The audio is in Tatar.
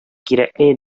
кирәкле